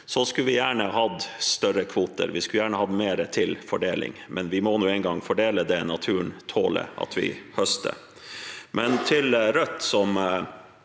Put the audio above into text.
Vi skulle gjerne hatt større kvoter, vi skulle gjerne hatt mer til fordeling, men vi må nå engang fordele det naturen tåler at vi høster. I Rødt – som